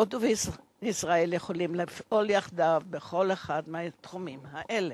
הודו וישראל יכולות לפעול יחדיו בכל אחד מהתחומים האלה.